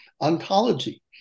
ontology